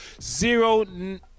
zero